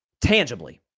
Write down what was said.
tangibly